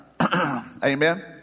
Amen